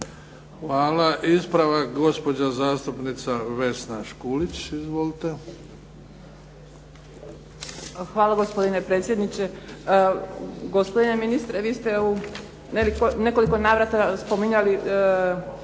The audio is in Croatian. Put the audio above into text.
Hvala. I ispravak gospođa zastupnica Vesna Škulić. Izvolite. **Škulić, Vesna (SDP)** Hvala gospodine predsjedniče. Gospodine ministre vi ste u nekoliko navrata spominjali